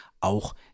auch